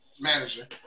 manager